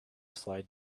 slide